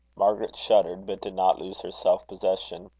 margaret shuddered, but did not lose her self-possession.